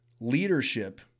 leadership